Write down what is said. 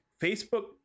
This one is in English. Facebook